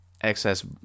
excess